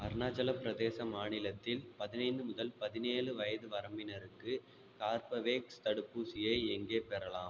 அருணாச்சலப் பிரதேசம் மாநிலத்தில் பதினைந்து முதல் பதினேழு வயது வரம்பினருக்கு கார்பவேக்ஸ் தடுப்பூசியை எங்கே பெறலாம்